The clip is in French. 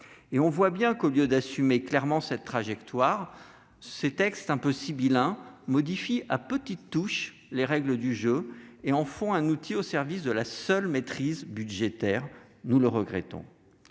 On voit bien qu'au lieu d'assumer clairement cette trajectoire, ce texte quelque peu sibyllin modifie, à petites touches, les règles du jeu pour en faire un outil au service de la seule maîtrise budgétaire. Nous le regrettons.